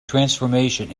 transformation